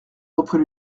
reprit